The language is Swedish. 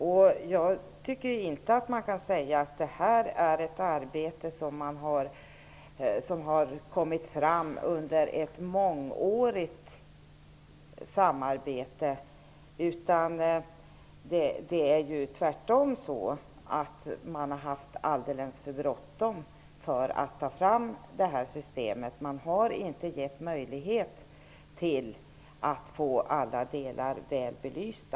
Man kan inte säga att detta är ett arbete som har kommit fram under ett mångårigt samarbete. Tvärtom har man haft alldeles för bråttom med att ta fram systemet. Det har inte getts möjlighet att få alla delar väl belysta.